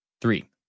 Three